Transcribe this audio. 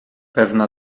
pewna